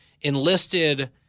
enlisted